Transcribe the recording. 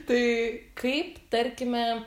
tai kaip tarkime